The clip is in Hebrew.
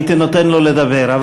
הייתי נותן לו לדבר.